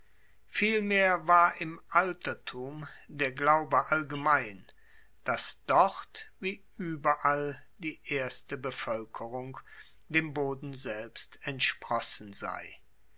vielmehr war im altertum der glaube allgemein dass dort wie ueberall die erste bevoelkerung dem boden selbst entsprossen sei